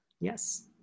Yes